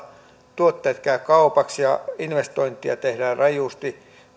tuotteet käyvät kaupaksi ja investointeja tehdään rajusti